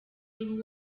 uwo